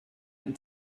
and